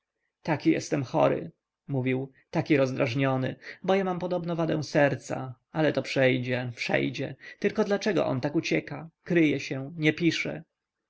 taki jestem chory mówił taki rozdrażniony bo ja mam podobno wadę serca ale to przejdzie przejdzie tylko dlaczego on tak ucieka kryje się nie pisze